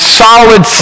solid